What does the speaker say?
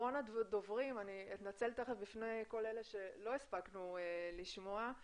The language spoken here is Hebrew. אני אתנצל תיכף בפני כל אלה שלא הספקנו לשמוע,